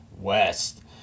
west